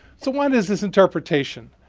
so why does this interpretation,